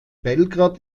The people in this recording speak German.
belgrad